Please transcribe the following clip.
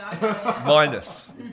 Minus